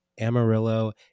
Amarillo